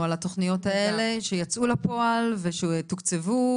על התוכניות האלה שיצאו לפועל ושתוקצבו,